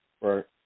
right